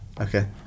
Okay